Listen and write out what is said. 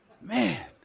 Man